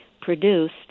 produced